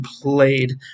played